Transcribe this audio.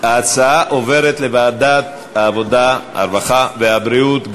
ההצעה עוברת לוועדת העבודה, הרווחה והבריאות.